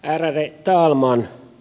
ärade talman